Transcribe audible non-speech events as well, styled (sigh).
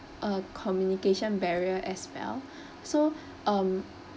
uh communication barrier as well (breath) so (breath) um